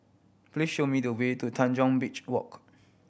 please show me the way to Tanjong Beach Walk